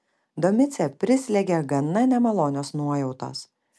domicę prislėgė gana nemalonios nuojautos